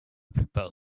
plupart